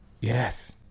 yes